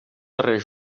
darrer